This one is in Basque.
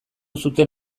zuten